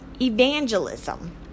evangelism